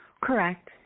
Correct